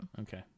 Okay